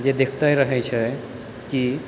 जे देखते रहै छै कि